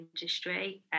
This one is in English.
industry